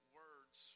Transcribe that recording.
words